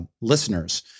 listeners